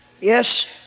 Yes